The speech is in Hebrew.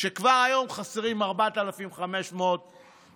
כשכבר היום חסרים 4,500 שוטרים?